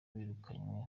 birukanywe